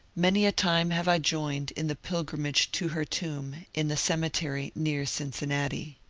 many a time have i joined in the pilgrimage to her tomb in the cemetery near cincinnati.